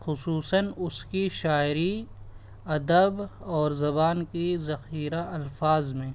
خصوصاً اس کی شاعری ادب اور زبان کی ذخیرہ الفاظ میں